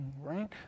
right